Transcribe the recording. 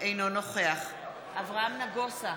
אינו נוכח אברהם נגוסה